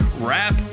Rap